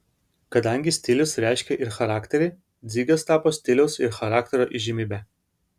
kadangi stilius reiškia ir charakterį dzigas tapo stiliaus ir charakterio įžymybe